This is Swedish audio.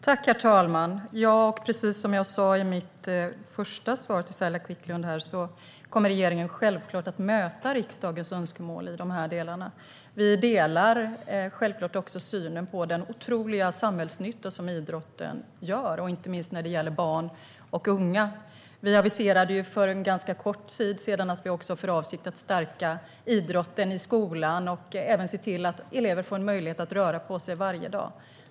Herr talman! Ja, och precis som jag sa i mitt första svar till Saila Quicklund kommer regeringen självklart att möta riksdagens önskemål i de här delarna. Vi delar självklart också synen på den otroliga samhällsnytta som idrotten gör, inte minst när det gäller barn och unga. Vi aviserade för en ganska kort tid sedan att vi har för avsikt att stärka idrotten i skolan och se till att elever får möjlighet att röra på sig varje dag.